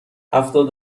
هفتاد